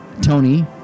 Tony